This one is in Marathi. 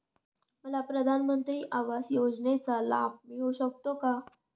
मला प्रधानमंत्री आवास योजनेचा लाभ मिळू शकतो का?